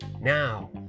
Now